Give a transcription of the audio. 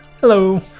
Hello